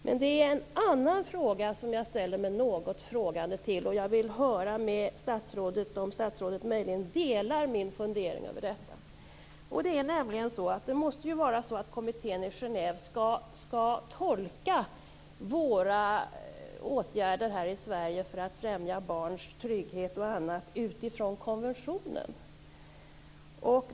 Det är dock en annan sak som jag ställer mig något frågande till, och jag vill höra om statsrådet möjligen delar min fundering över detta. Det måste väl vara så att kommittén i Genève utifrån konventionen skall tolka våra åtgärder här i Sverige för att främja barns trygghet och annat.